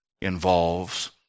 involves